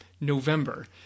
November